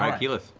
um keyleth.